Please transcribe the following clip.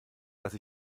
dass